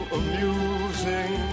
amusing